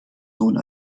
sohn